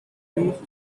breeze